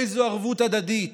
איזו ערבות הדדית